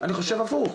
אני חושב הפוך,